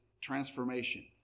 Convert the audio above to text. transformation